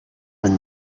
when